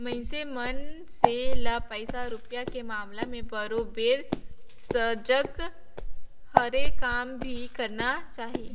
मइनसे मन से ल पइसा रूपिया के मामला में बरोबर सजग हरे काम भी करना चाही